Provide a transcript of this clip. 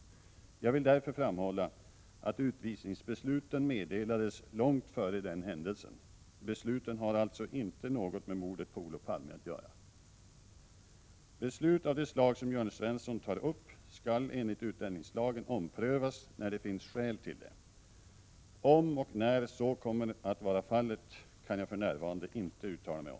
Jag vill därför framhålla att utvisningsbesluten meddelades långt före den händelsen. Besluten har alltså inte något med mordet på Olof Palme att göra. Beslut av det slag som Jörn Svensson tar upp skall enligt utlänningslagen omprövas när det finns skäl till det. Om och när så kommer att vara fallet kan jag för närvarande inte uttala mig om.